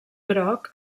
groc